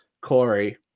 Corey